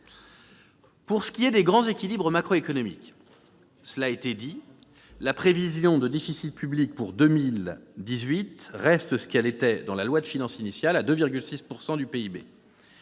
Pour ce qui est des grands équilibres macroéconomiques, cela a été dit, la prévision de déficit public pour 2018 reste conforme à celle de la loi de finances initiale, soit 2,6 % du PIB.